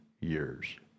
years